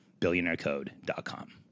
billionairecode.com